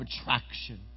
attraction